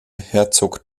herzog